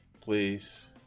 Please